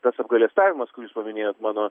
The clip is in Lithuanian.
tas apgailestavimas kurį jūs paminėjot mano